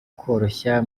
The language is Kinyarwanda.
koroshya